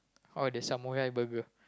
oh the samurai burger